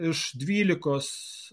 iš dvylikos